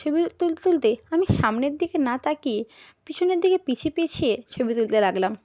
ছবি তুলতে তুলতে আমি সামনের দিকে না তাকিয়ে পিছনের দিকে পিছিয়ে পিছিয়ে ছবি তুলতে লাগলাম